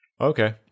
okay